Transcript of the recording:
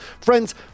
Friends